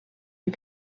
you